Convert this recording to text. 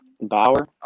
Bauer